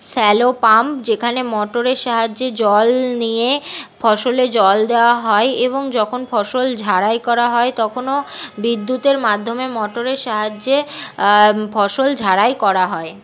shallow pump যেখানে মোটরের সাহায্যে জল নিয়ে ফসলে জল দেওয়া হয় এবং যখন ফসল ঝাড়াই করা হয় তখনও বিদ্যুতের মাধ্যমে মোটরের সাহায্যে ফসল ঝাড়াই করা হয়